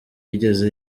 yigeze